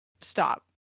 stop